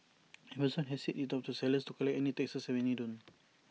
Amazon has said it's up to the sellers to collect any taxes and many don't